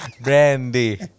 Brandy